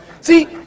See